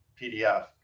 PDF